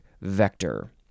vector